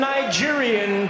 Nigerian